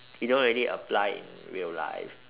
you don't really apply in real life